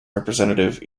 representative